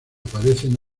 aparecen